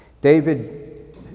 David